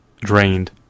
Drained